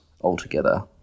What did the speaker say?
altogether